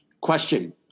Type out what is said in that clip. Question